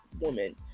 woman